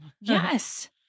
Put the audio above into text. Yes